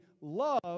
love